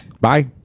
Bye